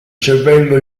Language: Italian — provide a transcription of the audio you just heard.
cervello